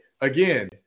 again